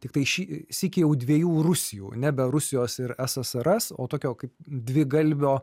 tiktai šį sykį jau dviejų rusijų nebe rusijos ir ssrs o tokio kaip dvigalvio